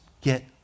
get